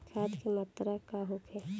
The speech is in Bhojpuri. खाध के मात्रा का होखे?